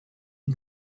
die